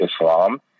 Islam